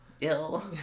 Ill